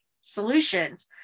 solutions